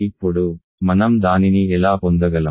ఇప్పుడు మనం దానిని ఎలా పొందగలం